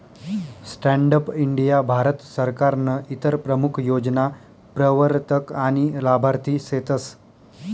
stand up India Bharat सरकारनं इतर प्रमूख योजना प्रवरतक आनी लाभार्थी सेतस